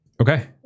Okay